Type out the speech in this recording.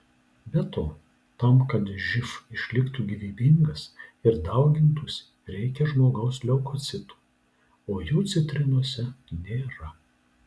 be to tam kad živ išliktų gyvybingas ir daugintųsi reikia žmogaus leukocitų o jų citrinose nėra